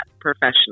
professionally